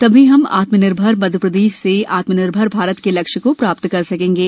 तभी हम आत्मनिर्भर मध्यप्रदेश से आत्मनिर्भर भारत के लक्ष्य को प्राप्त कर सकेंगे